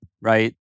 right